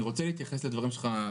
אני רוצה להתייחס לדברים שלך,